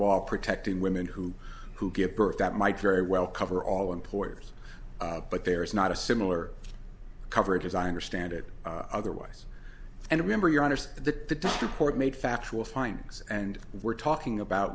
law protecting women who who give birth that might very well cover all employers but there's not a similar coverage as i understand it otherwise and remember your honour's the report made factual findings and we're talking about